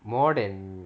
more than